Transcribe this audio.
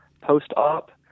post-op